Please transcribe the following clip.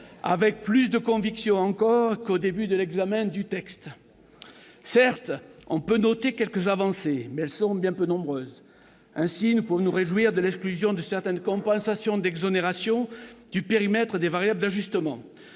avec plus de conviction encore qu'il ne le faisait au début de l'examen du texte. Certes, on peut noter quelques avancées, mais elles sont bien peu nombreuses. Ainsi, nous pouvons nous réjouir de l'exclusion de certaines compensations d'exonération du périmètre des variables d'ajustement.